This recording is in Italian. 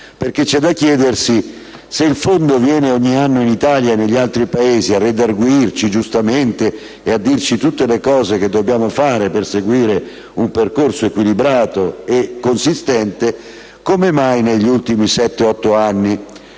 perché c'è da chiedersi: se il Fondo viene ogni anno in Italia e negli altri Paesi a redarguirci, giustamente, e a dirci tutto ciò che dobbiamo fare per seguire un percorso equilibrato e consistente, come mai negli ultimi otto anni